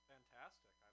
Fantastic